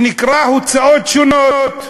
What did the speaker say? שנקרא "הוצאות שונות",